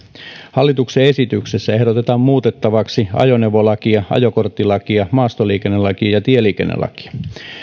hallituksen esityksessä ehdotetaan muutettavaksi ajoneuvolakia ajokorttilakia maastoliikennelakia ja tieliikennelakia